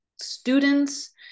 students